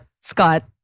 Scott